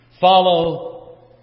Follow